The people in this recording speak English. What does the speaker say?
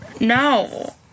No